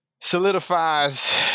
solidifies